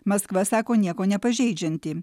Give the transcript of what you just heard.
maskva sako nieko nepažeidžianti